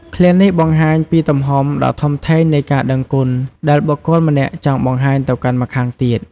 ឃ្លានេះបង្ហាញពីទំហំដ៏ធំធេងនៃការដឹងគុណដែលបុគ្គលម្នាក់ចង់បង្ហាញទៅកាន់ម្ខាងទៀត។